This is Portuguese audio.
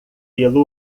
pelo